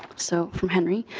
so from henry.